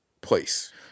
place